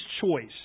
choice